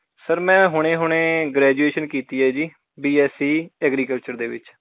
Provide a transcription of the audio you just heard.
sir ਮੈਂ ਹੁਣੇ ਹੁਣੇ ਗ੍ਰੈਜੂਏਸ਼ਨ ਕੀਤੀ ਹੈ ਜੀ ਬੀ ਐੱਸ ਸੀ ਐਗਰੀਕਲਚਰ ਦੇ ਵਿੱਚ